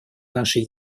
нашей